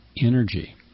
energy